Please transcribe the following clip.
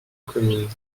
commune